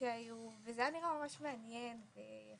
שהיו וזה היה נראה ממש מעניין ויפה.